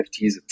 NFTs